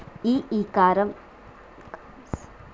ఈ e commerce platform ధర మా వ్యవసాయ బడ్జెట్ కు సరిపోతుందా?